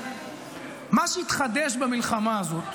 מה שהתחדש במלחמה הזאת: